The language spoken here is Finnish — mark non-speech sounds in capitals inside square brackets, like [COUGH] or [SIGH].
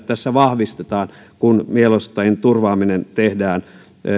[UNINTELLIGIBLE] tässä niitä vahvistetaan kun mielenosoittajien turvaaminen tehdään